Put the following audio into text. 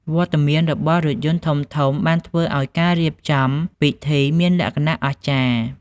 វត្តមានរបស់រថយន្តធំៗបានធ្វើឱ្យការរៀបចំពិធីមានលក្ខណៈអស្ចារ្យ។